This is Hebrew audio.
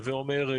הווה אומר,